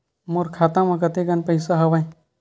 मोर खाता म कतेकन पईसा हवय?